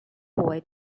boy